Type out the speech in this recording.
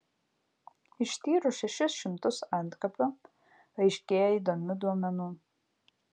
ištyrus šešis šimtus antkapių aiškėja įdomių duomenų